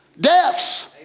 deaths